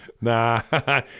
Nah